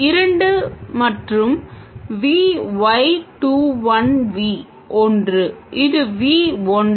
இரண்டு மற்றும் y 2 1 v ஒன்று இது v ஒன்று